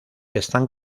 están